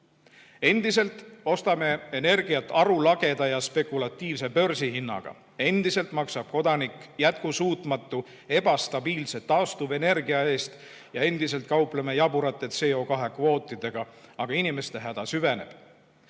Endiselt ostame energiat arulageda ja spekulatiivse börsihinnaga, endiselt maksab kodanik jätkusuutmatu ebastabiilse taastuvenergia eest ja endiselt kaupleme jaburate CO2kvootidega. Aga inimeste häda süveneb.